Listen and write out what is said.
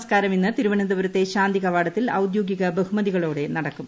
സംസ്ക്കാരം ഇന്ന് തിരുവനന്തപുരത്തെ ശാന്തി കവാടത്തിൽ ഔദ്യോഗിക ബഹുമതികളോടെ നടക്കും